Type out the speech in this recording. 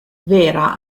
vera